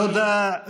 תודה,